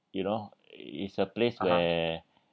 you know it's a place where